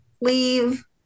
leave